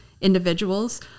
individuals